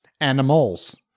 animals